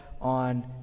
on